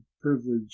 privilege